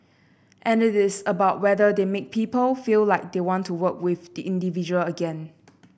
and it is about whether they make people feel like they want to work with the individual again